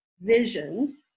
vision